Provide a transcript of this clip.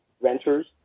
renters